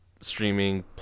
streaming